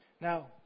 Now